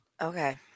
okay